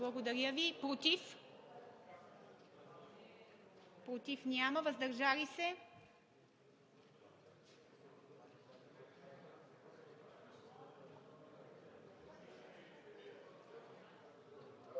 Благодаря Ви. Против? Няма. Въздържали се?